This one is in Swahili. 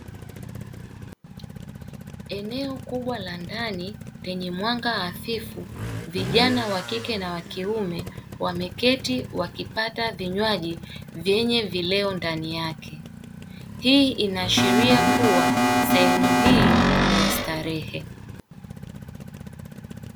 Eneo kubwa la ndani lenye mwanga hafifu, vijana wa kike na wakiume wameketi wakipata vinywaji vyenye vileo ndani yake. Hii inaashiria kuwa sehemu hii ni ya starehe.